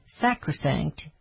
sacrosanct